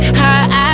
high